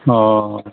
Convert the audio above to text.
अ